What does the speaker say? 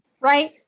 right